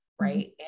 Right